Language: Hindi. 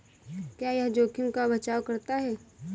क्या यह जोखिम का बचाओ करता है?